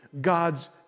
God's